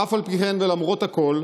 אף על פי כן ולמרות הכול,